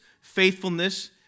faithfulness